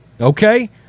Okay